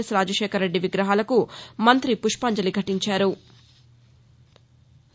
yes Rajasekhar Reddy విగ్రహాలకు మంగ్రతి పుష్పంజలి ఘటించారు